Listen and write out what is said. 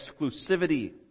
exclusivity